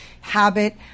habit